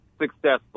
successful